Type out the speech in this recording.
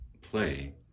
play